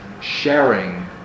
sharing